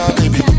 baby